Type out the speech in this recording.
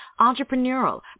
entrepreneurial